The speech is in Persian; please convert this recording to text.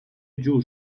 جور